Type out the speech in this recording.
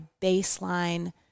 baseline